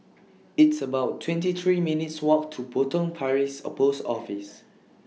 It's about twenty three minutes' Walk to Potong Paris A Post Office